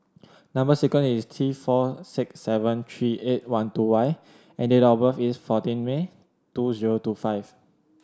number sequence is T four six seven three eight one two Y and date of birth is fourteen May two zero two five